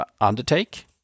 undertake